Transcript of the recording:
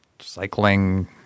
cycling